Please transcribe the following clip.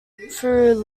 through